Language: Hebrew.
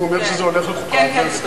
אם הוא אומר שזה הולך לחוקה, אז אני מסכים.